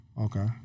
Okay